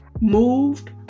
moved